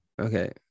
okay